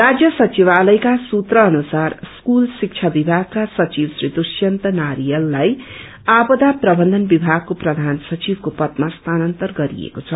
राज्य सचिवालयका सूत्र अनुसार स्कूल श्रिबा विभागका सचिव श्री दुष्यन्त नारियाललाई आपदा प्रवन्धन विभागको प्रधान सचिवको पदमा स्थानन्तरण गरिएको छ